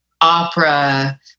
opera